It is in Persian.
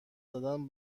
زدن